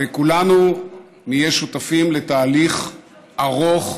וכולנו נהיה שותפים לתהליך ארוך,